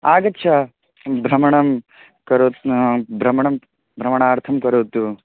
आगच्छ भ्रमणं करोतु भ्रमणं भ्रमणार्थं करोतु